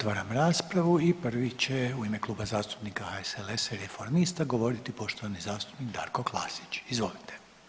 Otvaram raspravu i prvi će u ime Kluba zastupnika HSLS-a i reformista govoriti poštovani zastupnik Darko Klasić, izvolite.